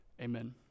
amen